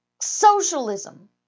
socialism